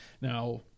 Now